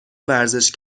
ورزش